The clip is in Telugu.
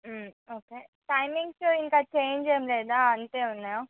ఓకే టైమింగ్స్ ఇంకా చేంజ్ ఏం లేదా అంతే ఉన్నాయా